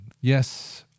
yes